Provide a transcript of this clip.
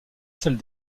celle